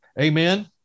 amen